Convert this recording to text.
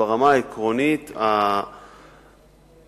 ברמה העקרונית, השגיאה.